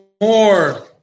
more